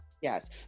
Yes